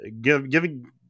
Giving